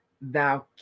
thou